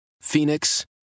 Phoenix